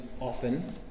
often